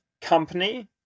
company